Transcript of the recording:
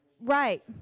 Right